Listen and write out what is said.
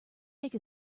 make